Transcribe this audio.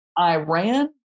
Iran